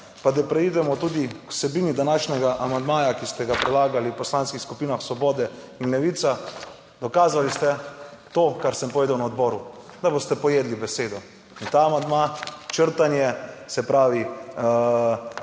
Pa da preidemo tudi k vsebini današnjega amandmaja, ki ste ga predlagali v Poslanskih skupinah Svobode in Levica. Dokazali ste to, kar sem povedal na odboru, da boste pojedli besedo, in ta amandma, črtanje, se pravi